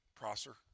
Prosser